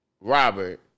Robert